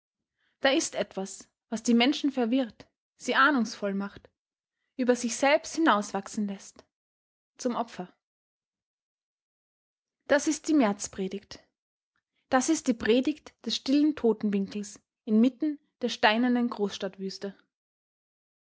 da ist etwas was die menschen verwirrt sie ahnungsvoll macht über sich selbst hinauswachsen läßt zum opfer das ist die märzpredigt das ist die predigt des stillen totenwinkels inmitten der steinernen großstadtwüste